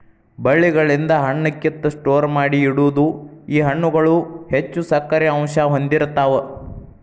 ಬಳ್ಳಿಗಳಿಂದ ಹಣ್ಣ ಕಿತ್ತ ಸ್ಟೋರ ಮಾಡಿ ಇಡುದು ಈ ಹಣ್ಣುಗಳು ಹೆಚ್ಚು ಸಕ್ಕರೆ ಅಂಶಾ ಹೊಂದಿರತಾವ